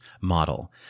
model